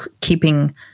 keeping